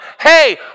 hey